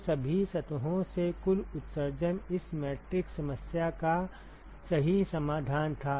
तो सभी सतहों से कुल उत्सर्जन इस मैट्रिक्स समस्या का सही समाधान था